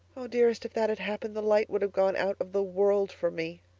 oh, dearest, if that had happened, the light would have gone out of the world for me.